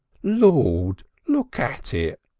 lord! look at it!